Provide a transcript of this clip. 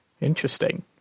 Interesting